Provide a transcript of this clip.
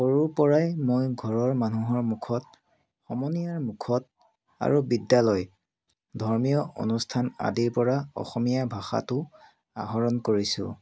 সৰুৰ পৰাই মই ঘৰৰ মানুহৰ মুখত সমনীয়াৰ মুখত আৰু বিদ্যালয় ধৰ্মীয় অনুষ্ঠান আদিৰ পৰা অসমীয়া ভাষাটো আহৰণ কৰিছোঁ